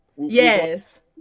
yes